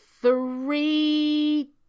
three